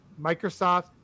Microsoft